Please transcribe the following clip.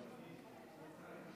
חברות וחברים,